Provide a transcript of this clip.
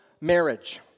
marriage